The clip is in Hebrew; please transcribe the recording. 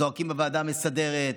זועקים בוועדה המסדרת,